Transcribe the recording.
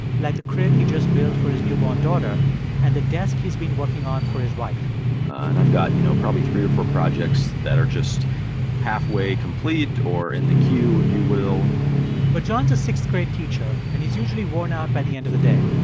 like the crib he just built for his newborn daughter and the desk he's been working on for his wife and i've got, you know, probably three or four projects that are just halfway complete or in the queue, if you will but john's a sixth-grade teacher, and he's usually worn out by the end of the day.